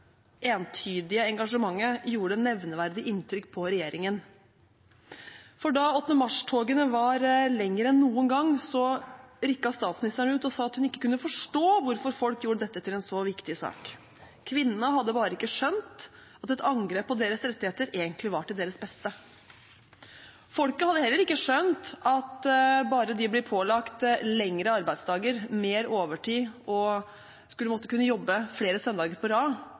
entydige engasjementet gjorde nevneverdig inntrykk på regjeringen. Da 8. mars-togene var lengre enn noen gang, rykket statsministeren ut og sa at hun ikke kunne forstå hvorfor folk gjorde dette til en så viktig sak – kvinnene hadde bare ikke skjønt at et angrep på deres rettigheter egentlig var til deres beste. Folket hadde heller ikke skjønt at bare de ble pålagt lengre arbeidsdager, mer overtid, og å skulle måtte kunne jobbe flere søndager på rad,